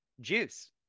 juice